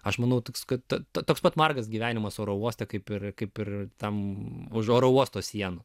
aš manau toks kad toks pat margas gyvenimas oro uoste kaip ir kaip ir tam už oro uosto sienų